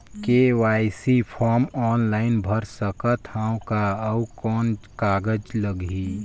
KYC form online भर सकत हवं का? अउ कौन कागज लगही?